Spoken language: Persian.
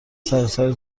سراسر